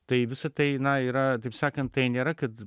tai visa tai na yra taip sakant tai nėra kad